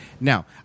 Now